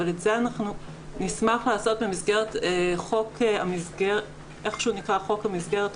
אבל את זה אנחנו נשמח לעשות במה שנקרא "חוק המסגרת",